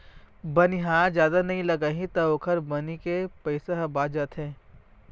बनिहार जादा नइ लागही त ओखर बनी के पइसा ह बाच जाथे